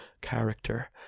character